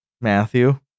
Matthew